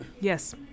Yes